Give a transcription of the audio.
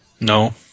No